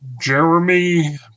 Jeremy